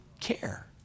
care